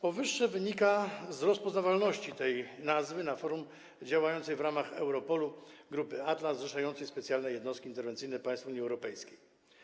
Powyższe wynika z rozpoznawalności tej nazwy na forum działającej w ramach Europolu grupy Atlas zrzeszającej specjalne jednostki interwencyjne państw Unii Europejskiej.